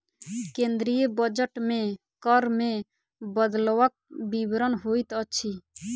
केंद्रीय बजट मे कर मे बदलवक विवरण होइत अछि